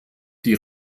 die